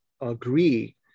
agree